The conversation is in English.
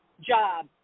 job